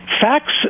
facts